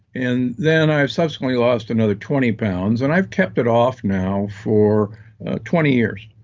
and then i subsequently lost another twenty pounds, and i've kept it off now for twenty years.